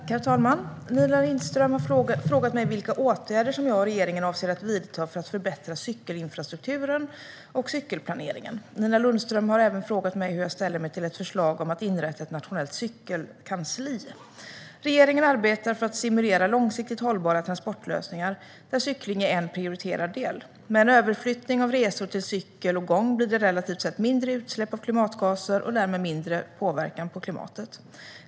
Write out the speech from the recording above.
Herr talman! Nina Lundström har frågat mig vilka åtgärder som jag och regeringen avser att vidta för att förbättra cykelinfrastrukturen och cykelplaneringen. Nina Lundström har även frågat mig hur jag ställer mig till ett förslag om att inrätta ett nationellt cykelkansli. Regeringen arbetar för att stimulera långsiktigt hållbara transportlösningar där cykling är en prioriterad del. Med en överflyttning av resor till cykel och gång blir det relativt sett mindre utsläpp av klimatgaser och därmed mindre påverkan på klimatet.